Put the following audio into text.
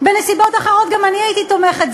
בנסיבות אחרות גם אני הייתי תומכת,